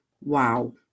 Wow